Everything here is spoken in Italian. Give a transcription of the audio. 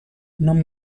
non